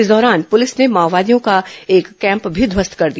इस दौरान पुलिस ने माओवादियों का एक कैम्प भी ध्वस्त कर दिया